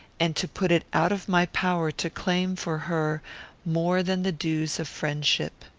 and to put it out of my power to claim for her more than the dues of friendship.